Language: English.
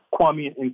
Kwame